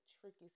tricky